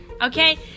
Okay